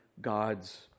God's